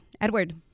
Edward